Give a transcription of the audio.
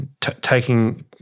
taking